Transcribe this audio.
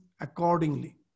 accordingly